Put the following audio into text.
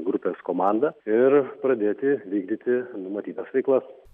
grupės komandą ir pradėti vykdyti numatytas veiklas